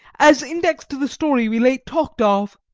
as index to the story we late talk'd of,